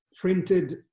printed